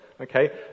Okay